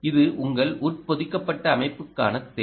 இது உங்கள் உட்பொதிக்கப்பட்ட அமைப்புக்கான தேவை